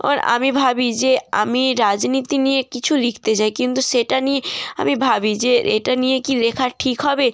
আমি ভাবি যে আমি রাজনীতি নিয়ে কিছু লিখতে চাই কিন্তু সেটা নিয়ে আমি ভাবি যে এটা নিয়ে কি লেখা ঠিক হবে